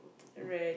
rarely